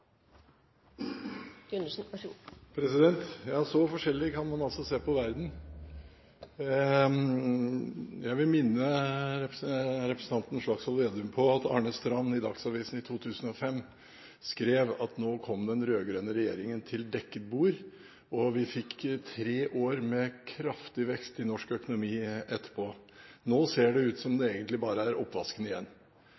replikkordskifte. Ja, så forskjellig kan man altså se på verden. Jeg vil minne representanten Slagsvold Vedum om at Arne Strand i Dagsavisen i 2005 skrev at nå kom den rød-grønne regjeringen til dekket bord, og vi fikk tre år med kraftig vekst i norsk økonomi etterpå. Nå ser det ut som det